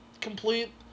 Complete